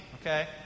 okay